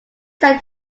said